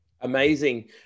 Amazing